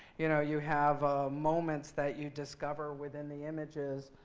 you know, you have ah moments that you discover within the images,